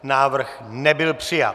Návrh nebyl přijat.